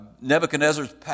Nebuchadnezzar's